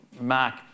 mark